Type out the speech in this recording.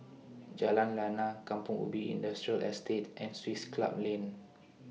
Jalan Lana Kampong Ubi Industrial Estate and Swiss Club Lane